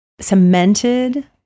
cemented